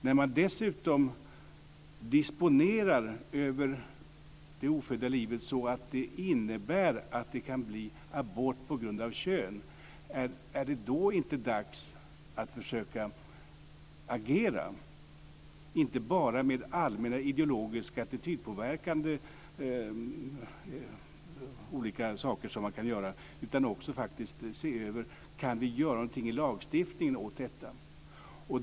När man dessutom disponerar över det ofödda livet så att det innebär att det kan bli abort på grund av kön, är det då inte dags att försöka agera? Då talar jag inte bara om olika allmänt ideologiska, attitydpåverkande saker som man kan göra. Det gäller också faktiskt att se över om vi kan göra något åt detta i lagstiftningen.